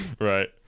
Right